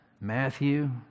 Matthew